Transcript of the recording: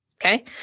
okay